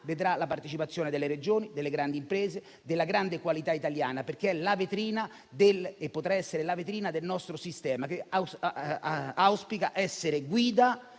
vedrà la partecipazione delle Regioni, delle grandi imprese, della grande qualità italiana, e potrà essere la vetrina del nostro sistema che auspica essere la guida